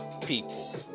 people